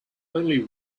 only